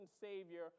Savior